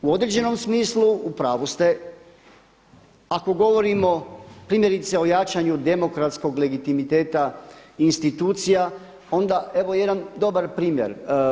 U određenom smislu u pravu ste ako govorimo primjerice i jačanju demokratskog legitimiteta institucija onda evo jedan dobar primjer.